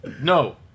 no